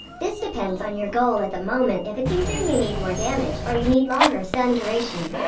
this depends on your goal at the moment if it's either you need more damage, or you need longer stun duration.